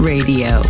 Radio